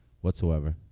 whatsoever